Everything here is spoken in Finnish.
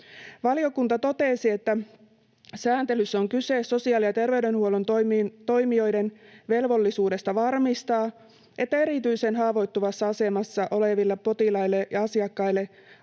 Valiokunta totesi, että sääntelyssä on kyse sosiaali- ja ter-veydenhuollon toimijoiden velvollisuudesta varmistaa, että erityisen haavoittuvassa asemassa oleville potilaille ja asiakkaille